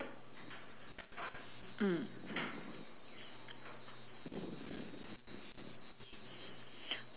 mm